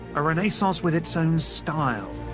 a renaissance with its own style.